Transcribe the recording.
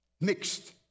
mixed